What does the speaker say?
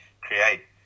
create